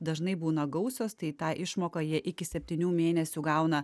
dažnai būna gausios tai tą išmoką jie iki septynių mėnesių gauna